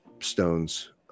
stones